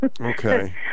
Okay